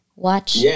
watch